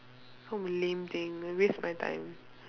so lame thing waste my time